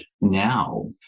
now